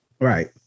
Right